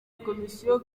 komisiyo